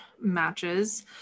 matches